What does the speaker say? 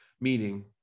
Meaning